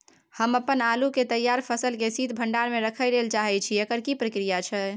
हम अपन आलू के तैयार फसल के शीत भंडार में रखै लेल चाहे छी, एकर की प्रक्रिया छै?